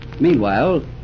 Meanwhile